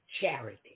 charity